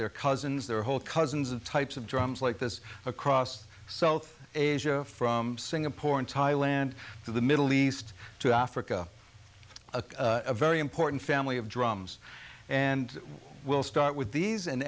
their cousins their whole cousins of types of drums like this across south asia from singapore and thailand to the middle east to africa a very important family of drums and we'll start with these and